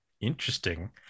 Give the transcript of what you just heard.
interesting